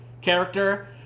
character